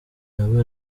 nawe